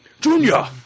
Junior